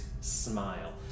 smile